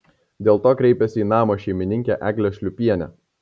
dėl to kreipėsi į namo šeimininkę eglę šliūpienę